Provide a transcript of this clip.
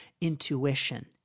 intuition